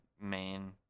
main